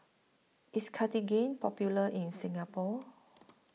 IS Cartigain Popular in Singapore